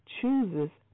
chooses